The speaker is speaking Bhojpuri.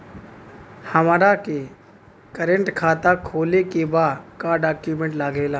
हमारा के करेंट खाता खोले के बा का डॉक्यूमेंट लागेला?